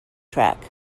track